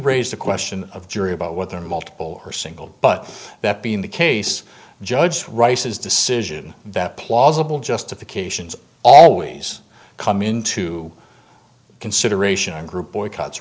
raised the question of jury about whether multiple or single but that being the case judge rice's decision that plausible justifications always come into consideration in group boycotts